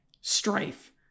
strife